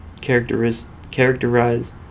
characterize